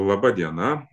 laba diena